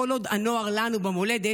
// כל עוד הנוער לנו במולדת,